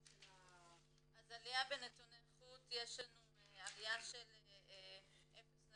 עליה בנתוני איכות, יש לנו עליה של 0.8%,